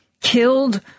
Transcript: killed